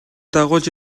дагуулж